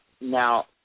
Now